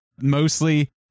mostly